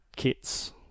Kits